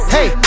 Hey